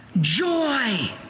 Joy